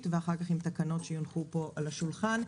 ואחר כך עם תקנות שיונחו פה על השולחן.